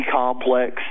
complex